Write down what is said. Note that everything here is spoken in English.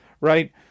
right